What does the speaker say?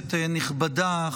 כנסת נכבדה,